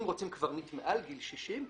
אם רוצים קברניט מעל גיל 60,